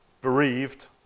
bereaved